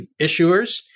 issuers